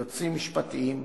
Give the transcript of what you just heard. יועצים משפטיים,